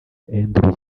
andrew